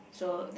so